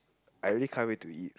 I really can't wait to eat